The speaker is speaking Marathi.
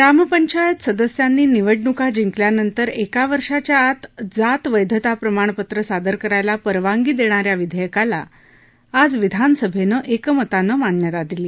ग्रामपंचायत सदस्यांनी निवडणुका जिंकल्यानंतर एका वर्षाच्या आत जात वैधता प्रमाणपत्र सादर करायला परवानगी देणाऱ्या विधेयकाला आज विधानसभेनं एकमतानं मान्यता दिली